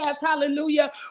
Hallelujah